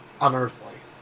unearthly